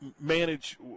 manage